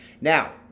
Now